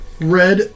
red